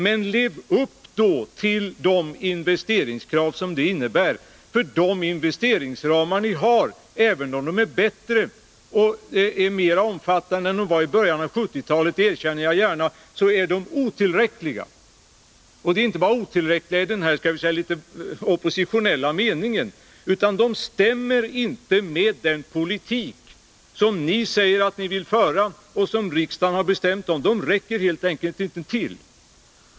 Men lev då upp till de investeringskrav som det innebär! De investeringsramar ni har är bättre och mera omfattande än de var i början av 1970-talet — det vill jag gärna framhålla — men de är ändå otillräckliga. De är inte bara otillräckliga i den här — låt mig säga så — litet oppositionella meningen. De stämmer inte heller överens med den politik som ni säger att ni vill föra och som riksdagen har beslutat om. De räcker helt enkelt inte till.